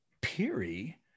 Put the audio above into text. Peary